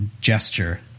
gesture